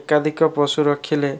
ଏକାଧିକ ପଶୁ ରଖିଲେ